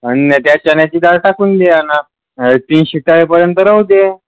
अन त्यात चण्याची डाळ टाकून दे आणि तीन शिट्ट्या होईपर्यंत राहू दे